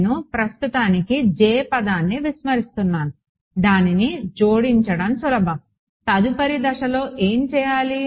నేను ప్రస్తుతానికి J పదాన్ని విస్మరిస్తున్నాను దానిని జోడించడం సులభం తదుపరి దశలో ఏం చేయాలి